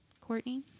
Courtney